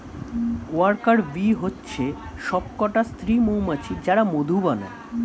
worker bee হচ্ছে সবকটা স্ত্রী মৌমাছি যারা মধু বানায়